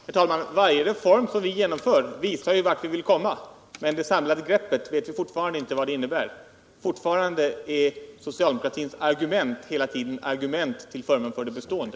Herr talman! Varje reform som vi genomför visar vart vi vill komma, men vi vet fortfarande inte vad det samlade greppet innebär. Fortfarande är socialdemokratins argument hela tiden argument till förmån för det bestående.